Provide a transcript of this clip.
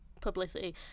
publicity